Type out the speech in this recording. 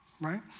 right